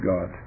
God